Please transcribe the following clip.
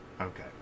Okay